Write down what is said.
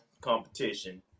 competition